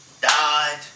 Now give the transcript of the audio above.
died